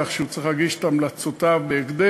כך שהוא צריך להגיש את המלצותיו בהקדם.